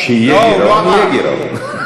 וכשיהיה גירעון, יהיה גירעון.